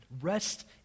Rest